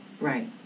Right